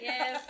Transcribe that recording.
Yes